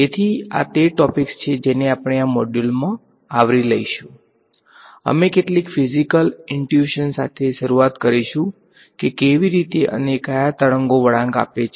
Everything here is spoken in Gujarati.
તેથી આ તે ટોપીક્સ છે જેને આપણે આ મોડ્યુલમાં આવરી લઈશું અમે કેટલીક ફીઝીકલ છે